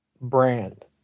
brand